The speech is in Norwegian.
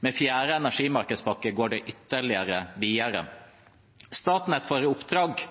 Med fjerde energimarkedspakke går det ytterligere videre. Statnett får i oppdrag